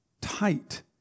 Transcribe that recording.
tight